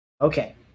Okay